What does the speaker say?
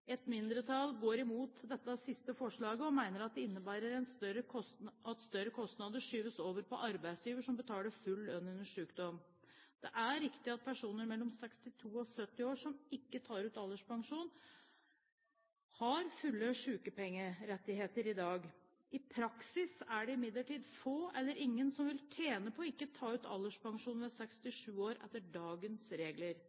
Et mindretall går imot dette siste forslaget og mener det innebærer at en større kostnad skyves over på arbeidsgivere som betaler full lønn under sykdom. Det er riktig at personer mellom 62 og 70 år som ikke tar ut alderspensjon, har fulle sykepengerettigheter i dag. I praksis er det imidlertid få eller ingen som vil tjene på ikke å ta ut alderspensjon ved